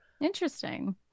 Interesting